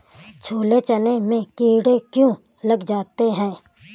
छोले चने में कीड़े क्यो लग जाते हैं?